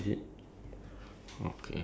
blue pants